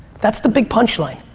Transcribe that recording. that's the big punchline.